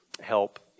help